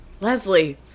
Leslie